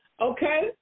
Okay